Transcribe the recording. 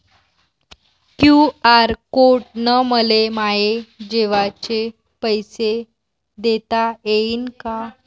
QR code न मले माये जेवाचे पैसे देता येईन का?